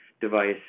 device